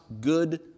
good